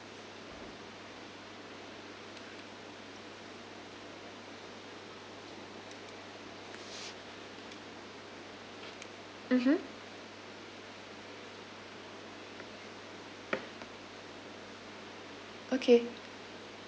mmhmm okay